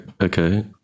okay